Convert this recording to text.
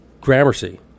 gramercy